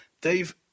Dave